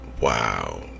Wow